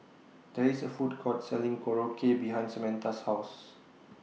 There IS A Food Court Selling Korokke behind Samatha's House